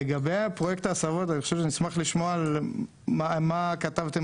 פרויקט ההסבות: אני חושב שנשמח לשמוע מה כתבתם